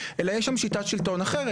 אלא יש שם שיטת שלטון אחרת.